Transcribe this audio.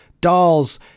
dolls